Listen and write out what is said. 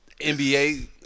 NBA